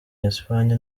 espagne